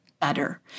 better